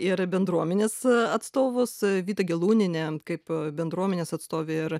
ir bendruomenės atstovus vitą gelūnienę kaip bendruomenės atstovę ir